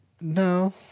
No